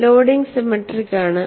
loading symmetric ആണ്